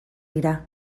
dira